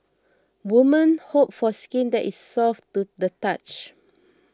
women hope for skin that is soft to the touch